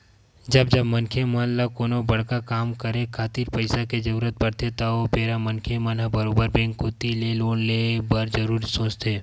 जब जब मनखे मन ल कोनो बड़का काम करे खातिर पइसा के जरुरत पड़थे त ओ बेरा मनखे मन ह बरोबर बेंक कोती ले लोन ले बर जरुर सोचथे